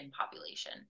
population